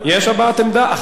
הבעת עמדה?